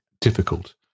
difficult